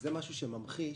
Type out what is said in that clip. זה ממחיש